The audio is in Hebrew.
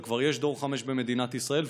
אבל כבר יש דור 5 במדינת ישראל,